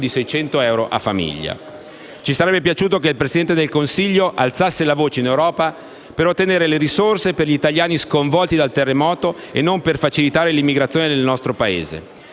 di 600 euro a famiglia. Ci sarebbe piaciuto che il Presidente del Consiglio alzasse la voce in Europa per ottenere più risorse per gli italiani sconvolti dal terremoto e non per facilitare l'immigrazione nel nostro Paese.